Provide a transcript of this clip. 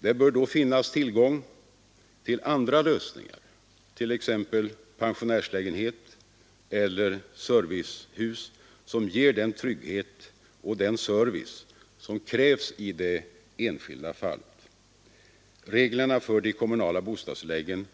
Det bör då finnas tillgång till andra lösningar, exempelvis pensionärslägenhet eller servicehus, som ger den trygghet och den service som krävs i de enskilda fallen. Reglerna för de kommunala bostadstilläggen